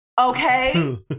Okay